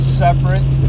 separate